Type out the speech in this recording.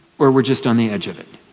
or we're just on the edge of it.